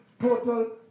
total